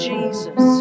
Jesus